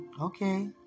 okay